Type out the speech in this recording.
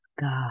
God